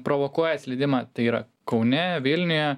provokuoja slydimą tai yra kaune vilniuje